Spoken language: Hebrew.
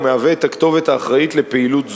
ומהווה את הכתובת האחראית לפעילות זו.